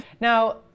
Now